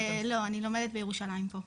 לא, אני לומדת בירושלים, פה.